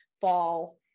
fall